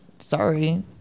Sorry